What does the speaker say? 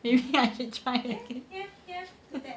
maybe I should try again